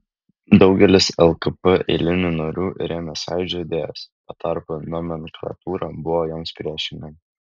daugelis lkp eilinių narių rėmė sąjūdžio idėjas tuo tarpu nomenklatūra buvo joms priešinga